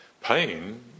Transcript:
pain